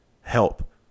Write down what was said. help